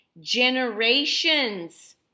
generations